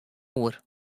oer